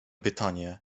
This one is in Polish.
pytanie